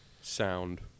sound